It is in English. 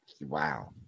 Wow